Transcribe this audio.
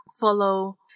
follow